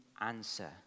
answer